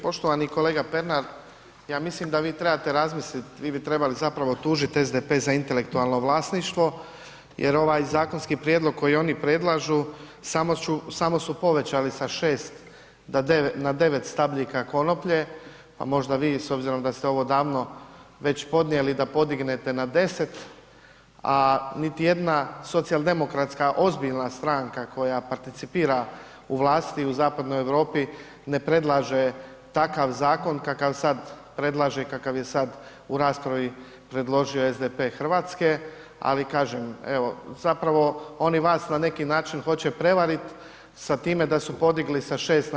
Poštovani kolega Pernar, ja mislim da vi trebate razmisliti, vi bi trebali zapravo tužit SDP za intelektualno vlasništvo jer ovaj zakonski prijedlog koji oni predlažu samo su povećali sa 6 na 9 stabljika konoplje, pa možda vi s obzirom da ste ovo davno već podnijeli da podignete na 10, a niti jedna socijaldemokratska ozbiljna stranka koja participira u vlasti u zapadnoj Europi ne predlaže takav zakon kakav sad predlaže i kakav je sad u raspravi predložio SDP Hrvatske, ali kažem evo zapravo oni vas na neki način hoće prevariti sa time da su podigli sa 6 na 9 stabljika.